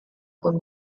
con